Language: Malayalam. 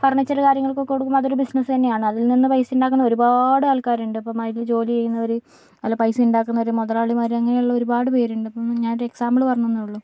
ഫർണീച്ചറ് കാര്യങ്ങൾക്ക് കൊടുക്കുമ്പോൾ അതൊരു ബിസിനസ്സ് തന്നെയാണ് അതിൽ നിന്ന് പൈസയുണ്ടാക്കുന്ന ഒരുപാട് ആൾക്കാരുണ്ട് ഇപ്പം മരത്തില് ജോലി ചെയ്യുന്നവര് അതില് പൈസയുണ്ടാക്കുന്നവര് മുതലാളിമാര് അങ്ങനെ ഒരുപാട് പേരുണ്ട് ഇപ്പം ഞാനൊരു എക്സാമ്പിൾ പറഞ്ഞെന്നെ ഉള്ളൂ